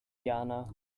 jana